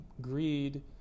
greed